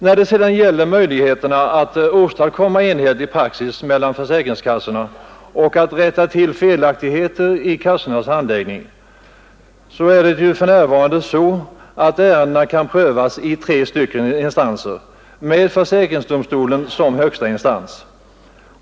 När det sedan gäller möjligheterna att åstadkomma enhetlig praxis mellan försäkringskassorna och att rätta till felaktigheter i kassornas handläggning är det ju för närvarande så att ärendena kan prövas i tre instanser, med försäkringsdomstolen som högsta instans.